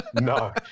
No